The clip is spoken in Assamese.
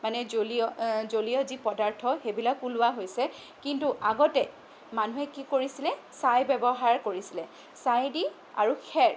মানে জলীয় জলীয় যি পদাৰ্থ সেইবিলাক ওলোৱা হৈছে কিন্তু আগতে মানুহে কি কৰিছিলে ছাই ব্যৱহাৰ কৰিছিলে ছাইদি আৰু খেৰ